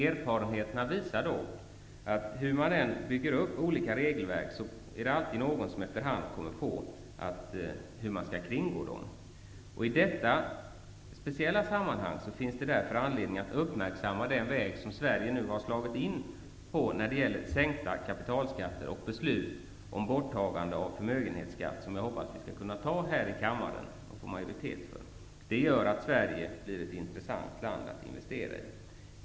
Erfarenheten visar dock att det, hur olika regelverk än byggs upp, alltid är någon som i efterhand kommer på hur regelverken kan kringgås. I detta speciella sammanhang finns det därför anledning att uppmärksamma den väg som Sverige nu har slagit in på med sänkta kapitalskatter och beslut om borttagande av förmögenhetsskatt. Jag hoppas att vi får majoritet för det här förslaget som kammaren skall fatta beslut om. Det innebär att Sverige blir intressant att investera i.